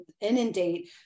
inundate